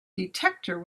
detector